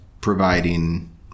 providing